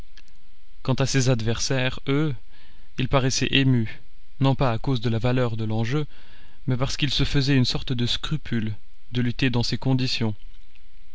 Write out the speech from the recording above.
quant à ses adversaires eux ils paraissaient émus non pas à cause de la valeur de l'enjeu mais parce qu'ils se faisaient une sorte de scrupule de lutter dans ces conditions